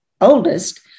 oldest